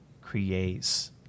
creates